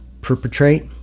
perpetrate